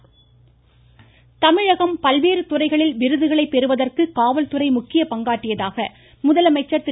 பொங்கல் முதலமைச்சர் தமிழகம் பல்வேறு துறைகளில் விருதுகளை பெறுவதற்கு காவல்துறை முக்கிய பங்காற்றியதாக முதலமைச்சர் திரு